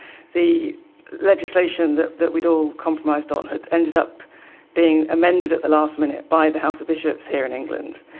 the legislation that that we'd all compromised on had ended up being amended at the last minute by the house of bishops here in england.